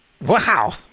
Wow